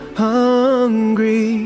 hungry